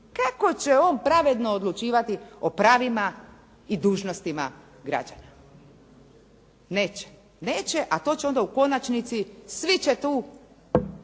Kako će on pravedno odlučivati o pravima i dužnostima građana? Neće, neće, a to će onda u konačnici svi će tu